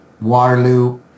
Waterloo